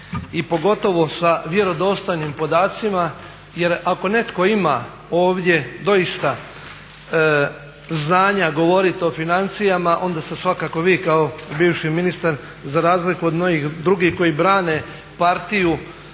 pogotovo sa vjerodostojnim podacima jer ako netko ima ovdje doista znanja govoriti o financijama onda ste svakako vi kao bivši ministar za razliku od onih drugih koji brane partiju